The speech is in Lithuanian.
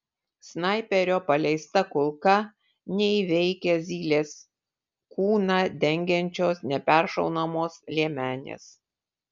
snaiperio paleista kulka neįveikia zylės kūną dengiančios neperšaunamos liemenės